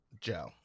Joe